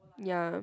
ya